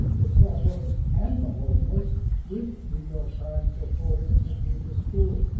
the subways, and the homeless with new york times reporter nikita steward.